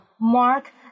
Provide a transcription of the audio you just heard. Mark